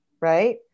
Right